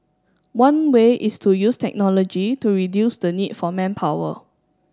one way is to use technology to reduce the need for manpower